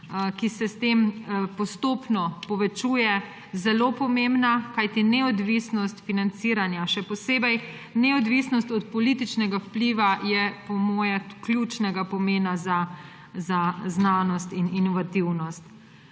ki se s tem postopno povečuje, zelo pomembna, kajti neodvisnost financiranja, še posebej neodvisnost od političnega vpliva, je po moje ključnega pomena za znanost in inovativnost.